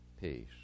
peace